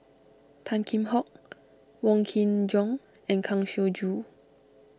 Tan Kheam Hock Wong Kin Jong and Kang Siong Joo